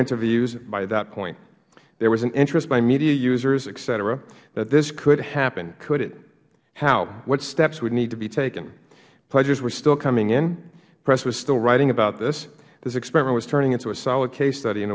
interviews by that point there was an interest by media users et cetera that this could happen could it how what steps would need to be taken pledges were still coming in press was still writing about this this experiment was turning into a solid case study